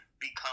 become